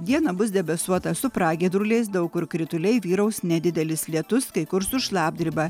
dieną bus debesuota su pragiedruliais daug kur krituliai vyraus nedidelis lietus kai kur su šlapdriba